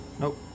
Nope